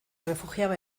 refugiaba